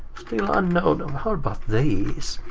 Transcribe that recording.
still unknown. um how about these?